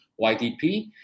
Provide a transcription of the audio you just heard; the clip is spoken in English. YDP